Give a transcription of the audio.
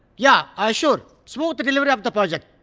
yeah, i assure smooth delivery of the project.